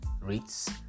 rates